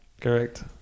Correct